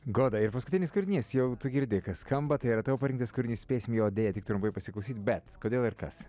goda ir paskutinis kūrinys jau tu girdi kas skamba tai yra tavo parinktas kūrinys spėsim jo deja tik trumpai pasiklausyt bet kodėl ir kas